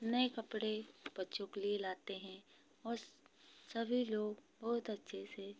नए कपड़े बच्चों के लिए लाते हैं और सभी लोग बहुत अच्छे से